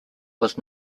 was